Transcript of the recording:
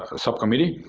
ah subcommittee.